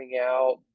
out